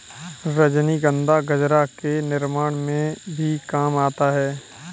रजनीगंधा गजरा के निर्माण में भी काम आता है